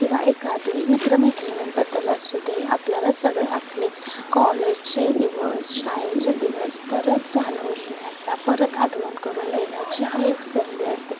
किंवा एखादी मित्र मैत्रिणींबद्दल असू दे आपल्याला सगळे आपले कॉलेजचे दिवस शाळेचे दिवस परत जाणून घेण्याचा परत आठवण करून देण्याची ही एक संधी असते